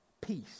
peace